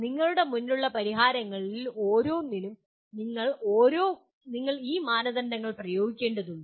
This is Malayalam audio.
നിങ്ങളുടെ മുന്നിലുള്ള പരിഹാരങ്ങളിൽ ഓരോന്നിനും നിങ്ങൾ ഈ മാനദണ്ഡങ്ങൾ പ്രയോഗിക്കേണ്ടതുണ്ട്